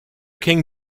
king